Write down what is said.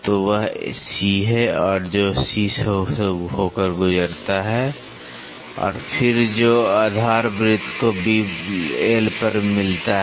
तो वह C है जो C से होकर गुजरता है और फिर जो आधार वृत्त को L पर मिलता है